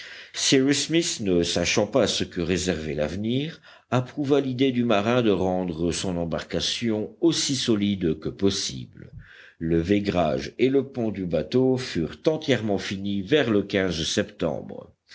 ne sachant pas ce que réservait l'avenir approuva l'idée du marin de rendre son embarcation aussi solide que possible le vaigrage et le pont du bateau furent entièrement finis vers le septembre